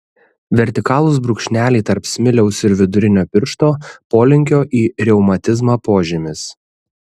vertikalūs brūkšneliai tarp smiliaus ir vidurinio piršto polinkio į reumatizmą požymis